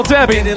Debbie